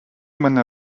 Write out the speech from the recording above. мене